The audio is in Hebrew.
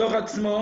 הדוח עצמו